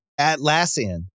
Atlassian